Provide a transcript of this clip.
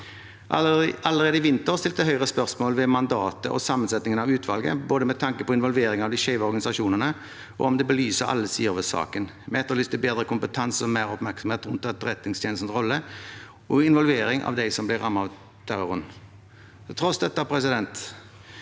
Allerede i vinter stilte Høyre spørsmål ved mandatet og sammensetningen av utvalget, både med tanke på involvering av de skeive organisasjonene og om det belyser alle sider av saken. Vi etterlyste bedre kompetanse og mer oppmerksomhet rundt Etterretningstjenestens rolle og involvering av dem som ble rammet av terroren. Til tross for dette: Når vi nå